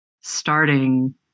starting